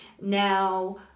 Now